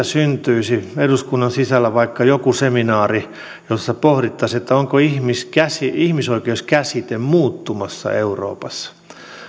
syntyisi eduskunnan sisällä vaikka joku seminaari jossa pohdittaisiin onko ihmisoikeuskäsite muuttumassa euroopassa